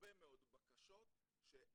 הרבה מאוד בקשות שההורה,